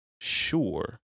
Sure